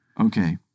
Okay